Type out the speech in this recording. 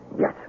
Yes